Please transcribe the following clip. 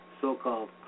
so-called